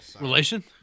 Relation